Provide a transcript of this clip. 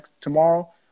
tomorrow